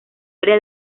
área